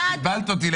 בלבלת אותי לגמרי.